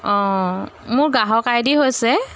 অঁ মোৰ গ্ৰাহক আইডি হৈছে